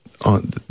on